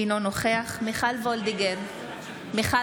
אינו נוכח מיכל מרים וולדיגר,